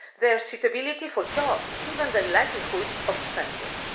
their suitability for jobs, even their likelihood of offending.